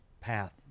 path